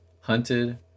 hunted